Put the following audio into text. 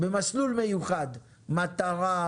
במסלול מיוחד: מטרה,